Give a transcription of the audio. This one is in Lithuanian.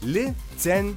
li cen